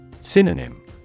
Synonym